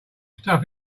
stuff